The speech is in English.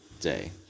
day